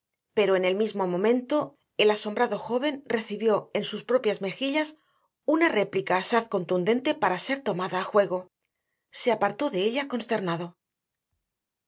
pero en el mismo momento el asombrado joven recibió en sus propias mejillas una réplica asaz contundente para ser tomada a juego se apartó de ella consternado